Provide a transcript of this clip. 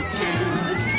choose